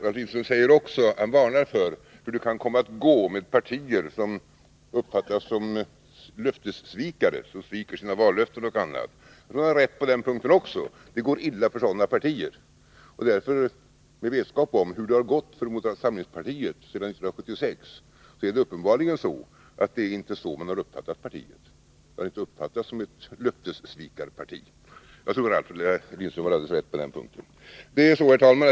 Ralf Lindström varnar också för hur det kan komma att gå för partier som uppfattas som löftessvikare och sviker sina vallöften m.m. Han har rätt på den punkten också, det går illa för sådana partier. Med vetskap om hur det har gått för moderata samlingspartiet sedan 1976 har man uppenbarligen inte uppfattat partiet så. Det har inte uppfattats som ett löftessvikarparti. Jag tror att Ralf Lindström har alldeles rätt på den punkten. Herr talman!